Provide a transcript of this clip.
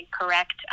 correct